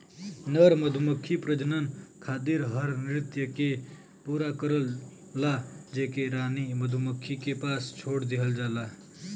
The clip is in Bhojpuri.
नर मधुमक्खी प्रजनन खातिर हर नृत्य के पूरा करला जेके रानी मधुमक्खी के पास छोड़ देहल जाला